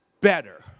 better